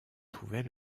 trouvait